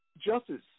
justice